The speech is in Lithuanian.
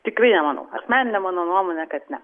tikrai nemanau asmenine mano nuomone kad ne